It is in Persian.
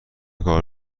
کار